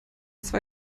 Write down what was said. zwei